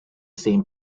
same